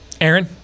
Aaron